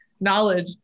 knowledge